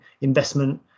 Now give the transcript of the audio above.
investment